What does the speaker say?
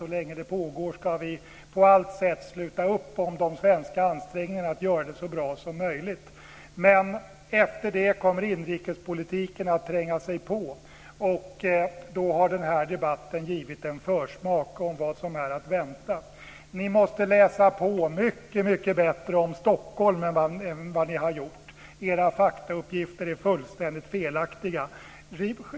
Så länge det pågår ska vi på allt sätt sluta upp bakom de svenska ansträngningarna att göra det så bra som möjligt, men efter det kommer inrikespolitiken att tränga sig på, och då har den här debatten givit en försmak om vad som är att vänta. Ni måste läsa på mycket bättre om Stockholm än vad ni har gjort. Era faktauppgifter är fullständigt felaktiga.